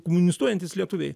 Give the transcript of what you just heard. komunistuojantys lietuviai